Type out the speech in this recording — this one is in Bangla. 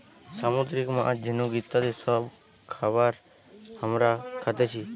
সামুদ্রিক মাছ, ঝিনুক ইত্যাদি সব খাবার হামরা খাতেছি